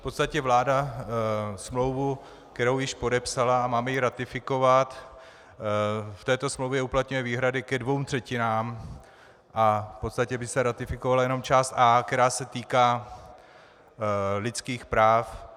V podstatě vláda smlouvu, kterou již podepsala a máme ji ratifikovat, k této smlouvě uplatňuje výhrady ke dvěma třetinám a v podstatě by se ratifikovala jenom část A, která se týká lidských práv.